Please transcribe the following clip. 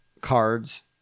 cards